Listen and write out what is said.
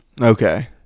Okay